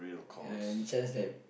uh any chance that